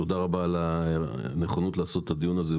תודה רבה על הנכונות לעשות את הדיון הזה,